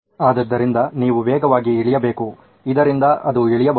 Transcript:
ಆದ್ದರಿಂದ ನೀವು ವೇಗವಾಗಿ ಇಳಿಯಬೇಕು ಇದರಿಂದ ಅದು ಇಳಿಯಬಹುದು